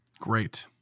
Great